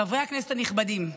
חברי הכנסת הנכבדים,